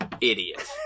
idiot